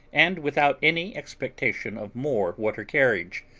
and without any expectation of more water-carriage.